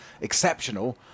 exceptional